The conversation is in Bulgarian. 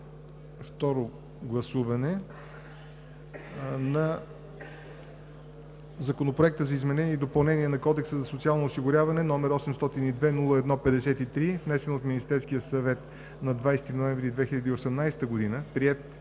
второ гласуване на Законопроект за изменение и допълнение на Кодекса за социално осигуряване, № 802-01-53, внесен от Министерския съвет на 20 ноември 2018 г., приет